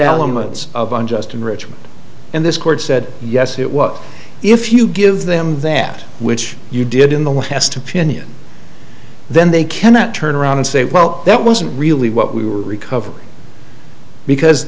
elements of unjust enrichment and this court said yes it was if you give them that which you did in the west opinion then they cannot turn around and say well that wasn't really what we were recovering because